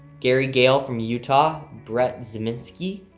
gary gale from utah, brett ziminski.